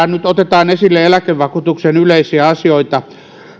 nyt otetaan esille eläkevakuutuksen yleisiä asioita